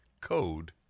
code